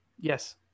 Yes